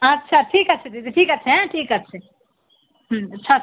আচ্ছা ঠিক আছে দিদি ঠিক আছে হ্যাঁ ঠিক আছে হুম ছাড়